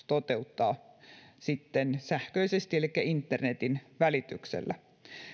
toteuttaa sähköisesti elikkä internetin välityksellä